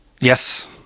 Yes